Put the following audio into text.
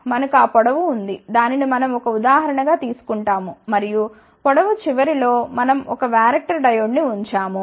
మనకు ఆ పొడవు ఉంది దానిని మనం ఒక ఉదాహరణ గా తీసుకుంటాము మరియు పొడవు చివరిలో మనం ఒక వ్యారక్టర్ డయోడ్ను ఉంచాము